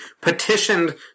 petitioned